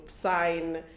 sign